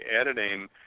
editing